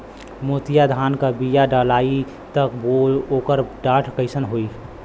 मोतिया धान क बिया डलाईत ओकर डाठ कइसन होइ?